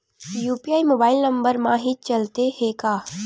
UPI mobile number मा भी चलते हे का?